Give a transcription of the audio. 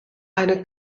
eine